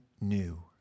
new